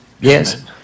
Yes